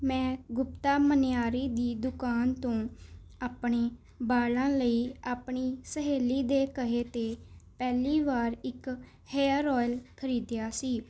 ਮੈਂ ਗੁਪਤਾ ਮਨਿਆਰੀ ਦੀ ਦੁਕਾਨ ਤੋਂ ਆਪਣੇ ਬਾਲਾਂ ਲਈ ਆਪਣੀ ਸਹੇਲੀ ਦੇ ਕਹੇ 'ਤੇ ਪਹਿਲੀ ਵਾਰ ਇੱਕ ਹੇਅਰ ਔਇਲ ਖਰੀਦਿਆ ਸੀ